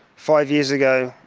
five years ago,